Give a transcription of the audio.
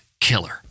killer